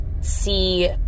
see